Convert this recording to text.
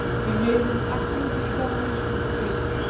we made an accurate examination of the place,